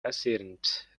accident